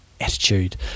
Attitude